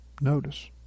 Notice